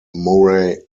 murray